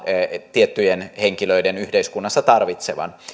tiettyjen henkilöiden yhteiskunnassa tarvitsevan